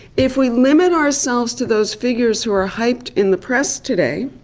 if we limit ourselves to those figures who are hyped in the press today,